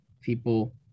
people